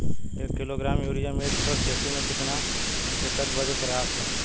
एक kilogram urea मिर्च क खेती में कितना एकड़ बदे पर्याप्त ह?